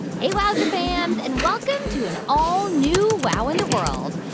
hey, wowzer fams, and welcome to an all new wow in the world.